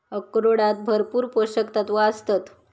अक्रोडांत भरपूर पोशक तत्वा आसतत